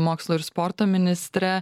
mokslo ir sporto ministre